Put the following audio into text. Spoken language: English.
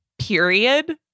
period